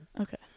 Okay